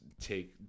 take